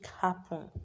happen